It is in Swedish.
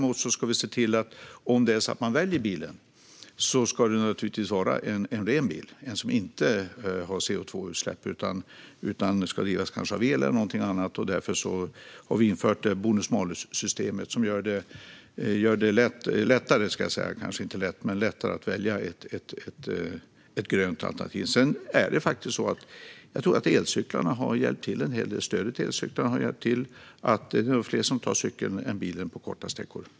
Men om de väljer bilen ska det naturligtvis vara en ren bil, det vill säga en bil som inte släpper ut CO2 utan i stället drivs av el eller något annat. Vi har därför infört bonus-malus-systemet som gör det lättare att välja ett grönt alternativ. Jag tror faktiskt att stödet till elcyklarna har hjälpt till så att fler tar cykeln än bilen på korta sträckor.